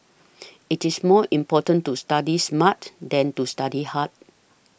it is more important to study smart than to study hard